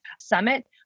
summit